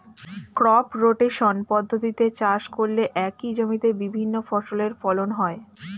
crop rotation পদ্ধতিতে চাষ করলে একই জমিতে বিভিন্ন ফসলের ফলন হয়